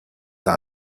that